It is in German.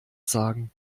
sagen